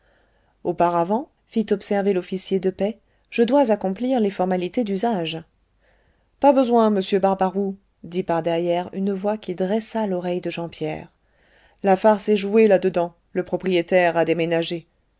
auparavant fit observer l'officier de paix je dois accomplir les formalités d'usage pas besoin monsieur barbaroux dit par derrière une voix qui dressa l'oreille de jean pierre la farce est jouée là-dedans le propriétaire a déménagé